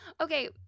Okay